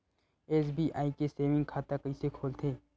SBI के saving खाता कइसे खोलथे?